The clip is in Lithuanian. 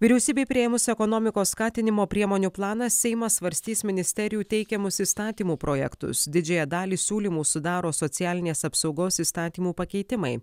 vyriausybei priėmus ekonomikos skatinimo priemonių planą seimas svarstys ministerijų teikiamus įstatymų projektus didžiąją dalį siūlymų sudaro socialinės apsaugos įstatymų pakeitimai